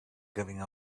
giving